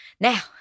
Now